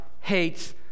hates